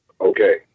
okay